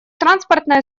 транспортное